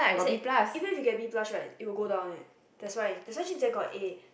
is like even if you get B plus right it will go down one eh that's why that's jun-jie got A